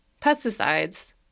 Pesticides